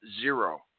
zero